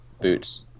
Boots